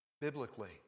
Biblically